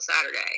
Saturday